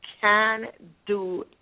can-do